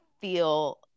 feel